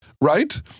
Right